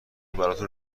براتون